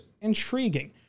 intriguing